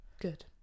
Good